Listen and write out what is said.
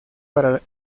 para